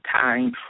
time